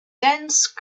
dense